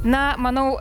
na manau